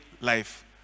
life